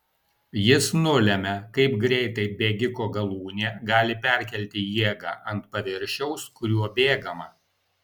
jis nulemia kaip greitai bėgiko galūnė gali perkelti jėgą ant paviršiaus kuriuo bėgama